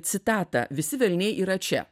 citatą visi velniai yra čia